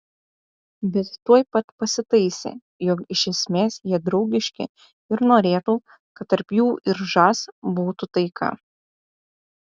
bet tuoj pat pasitaisė jog iš esmės jie draugiški ir norėtų kad tarp jų ir žas būtų taika